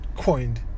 coined